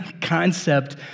concept